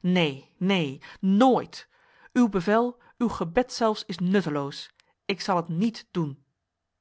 neen neen nooit uw bevel uw gebed zelfs is nutteloos ik zal het niet doen